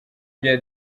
bya